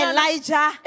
Elijah